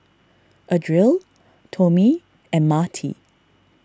Adriel Tomie and Marti